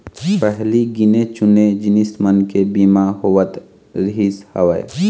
पहिली गिने चुने जिनिस मन के बीमा होवत रिहिस हवय